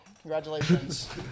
Congratulations